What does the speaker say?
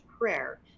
prayer